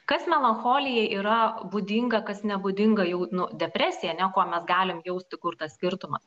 kas melancholijai yra būdinga kas nebūdinga jau nu depresija ane kuo mes galim jausti kur tas skirtumas